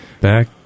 back